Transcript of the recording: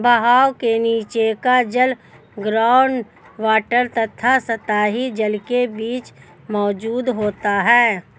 बहाव के नीचे का जल ग्राउंड वॉटर तथा सतही जल के बीच मौजूद होता है